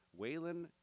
Waylon